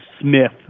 Smith